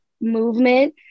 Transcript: movement